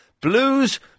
Blues